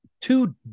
Two